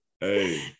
Hey